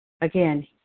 Again